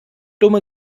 dumme